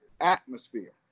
atmosphere